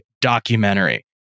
documentary